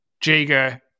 Jager